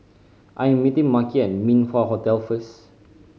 I'm meeting Makhi at Min Wah Hotel first